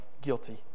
guilty